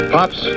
Pops